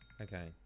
Okay